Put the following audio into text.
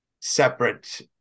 separate